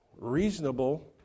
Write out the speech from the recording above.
reasonable